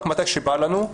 רק מתי שבא לנו.